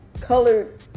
colored